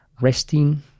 resting